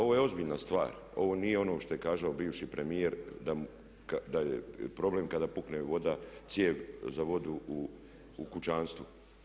Ovo je ozbiljna stvar, ovo nije ono što je kazao bivši premijer da je problem kada pukne cijev za vodu u kućanstvu.